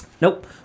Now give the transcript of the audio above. Nope